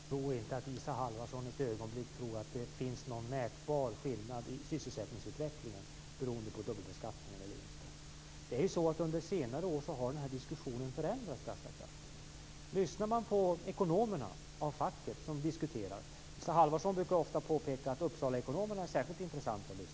Fru talman! Jag tror inte att Isa Halvarsson ett ögonblick tror att det finns någon mätbar skillnad i sysselsättningsutvecklingen beroende på om det funnits en dubbelbeskattning eller inte. Under senare år har den här diskussionen förändrats ganska kraftigt. Man kan höra det när ekonomerna av facket diskuterar. Isa Halvarsson brukar ofta påpeka att Uppsalaekonomerna är särskilt intressanta att lyssna på.